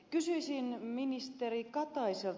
kysyisin ministeri kataiselta